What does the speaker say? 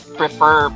prefer